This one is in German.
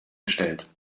gestellt